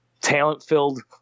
talent-filled